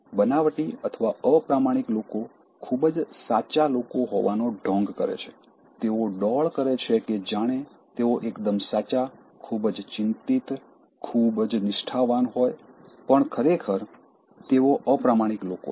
બનાવટી અથવા અપ્રમાણિક લોકો ખૂબ જ સાચા લોકો હોવાનો ઢોંગ કરે છે તેઓ ડોળ કરે છે કે જાણે તેઓ એકદમ સાચા ખૂબ જ ચિંતિત ખૂબ જ નિષ્ઠાવાન હોય પણ ખરેખર તેઓ અપ્રમાણિક લોકો છે